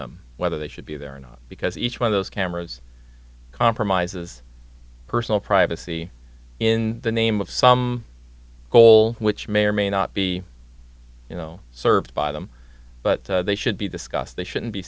whether they should be there or not because each one of those cameras compromises personal privacy in the name of some goal which may or may not be you know served by them but they should be discussed they shouldn't be